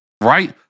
Right